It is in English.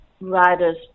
riders